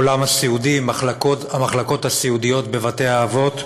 העולם הסיעודי, המחלקות הסיעודיות בבתי-האבות,